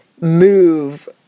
move